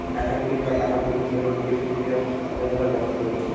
accounting বা টাকাকড়ির হিসাবে মুকেশের ইতিহাস হাজার হাজার বছর পুরোনো